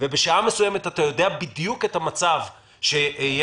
ובשעה מסוימת אתה יודע בדיוק את המצב שלך,